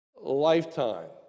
lifetime